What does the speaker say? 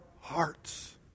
hearts